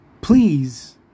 please